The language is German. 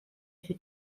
für